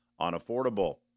unaffordable